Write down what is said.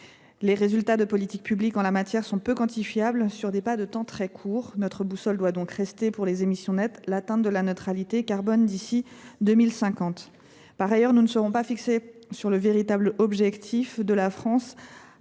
Les résultats des politiques publiques en la matière sont peu quantifiables sur des laps de temps très courts. Notre boussole doit donc rester, pour les émissions nettes, l’atteinte de la neutralité carbone d’ici à 2050. Par ailleurs, nous ne serons fixés sur le véritable objectif de la France